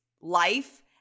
life